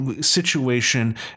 situation